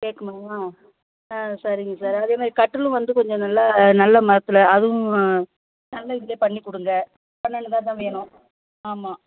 தேக்கு மரமா ஆ சரிங்க சார் அதே மாதிரி கட்டிலும் வந்து கொஞ்சம் நல்லா நல்ல மரத்தில் அதுவும் நல்ல இதில் பண்ணிக் கொடுங்க பண்ணினதா தான் வேணும் ஆமாம்